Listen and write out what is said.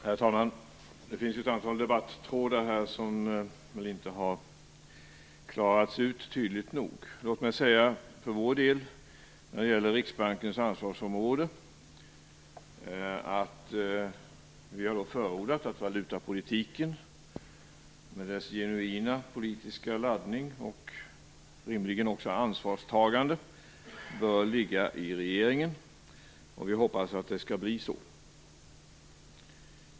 Herr talman! Det finns ett antal debattrådar som inte har klarats ut tydligt nog. Låt mig för vår del säga, när det gäller Riksbankens ansvarsområde, att vi har förordat att valutapolitiken med dess genuina politiska laddning och rimligen också ansvarstagande bör ligga hos regeringen. Vi hoppas att det skall bli så.